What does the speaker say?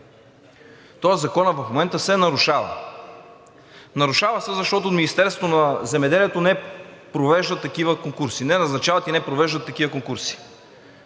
тоест Законът в момента се нарушава. Нарушава се, защото Министерството на земеделието не провежда такива конкурси – не назначават и не провеждат такива конкурси.